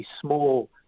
small